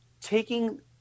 taking